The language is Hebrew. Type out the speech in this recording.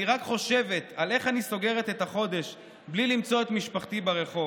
אני רק חושבת על איך אני סוגרת את החודש בלי למצוא את משפחתי ברחוב.